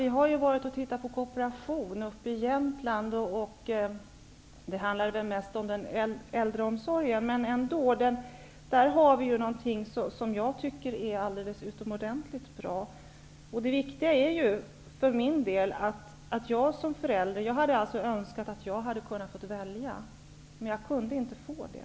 Vi har tittat på ett exempel med kooperation i Jämtland. Där handlar det mest om äldreomsorg. Där utförs något som jag tycker är alldeles utomordentligt bra. Jag hade önskat att jag i min roll som förälder had haft en valmöjlighet. Men jag fick inte det.